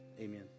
amen